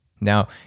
Now